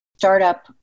Startup